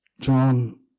John